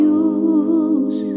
use